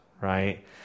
right